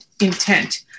intent